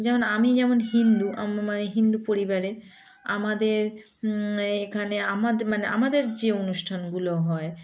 যেমন আমি যেমন হিন্দু মানে হিন্দু পরিবারে আমাদের এখানে আমাদের মানে আমাদের যে অনুষ্ঠানগুলো হয়